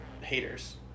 haters